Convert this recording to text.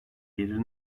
gelir